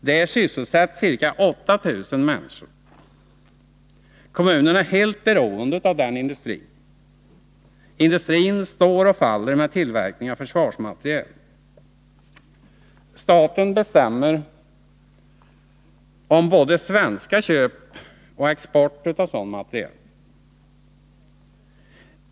Där sysselsätts ca 8 000 människor. Kommunen är helt beroende av denna industri, som står och faller med tillverkning av försvarsmateriel. Staten bestämmer om både svenska köp och svensk export av sådan materiel.